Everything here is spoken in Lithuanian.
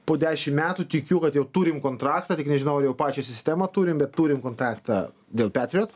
po dešim metų tikiu kad jau turim kontraktą tik nežinau ar jau pačią sistemą turim bet turim kontaktą dėl patriot